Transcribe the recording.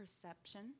perception